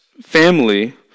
family